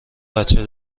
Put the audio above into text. بچه